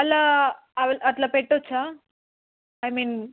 అలా అ అట్లా పెట్టవచ్చా ఐ మీన్